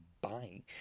buying